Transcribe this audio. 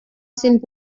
sind